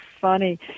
funny